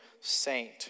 saint